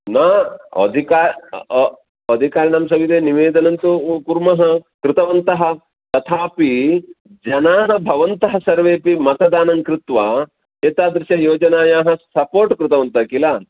ना अधिक अधिकारिणां सविधे निवेदनं तु कुर्मः कृतवन्तः तथापि जनाः भवन्तः सर्वे अपि मतदानं कृत्वा एतादृशयोजनायाः सपोर्ट् कृतवन्तः किल